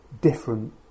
different